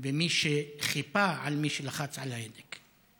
ומי שחיפה על מי שלחץ על ההדק.